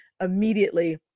immediately